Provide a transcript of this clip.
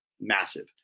massive